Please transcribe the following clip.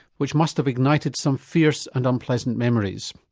which must have ignited some fierce and unpleasant memories.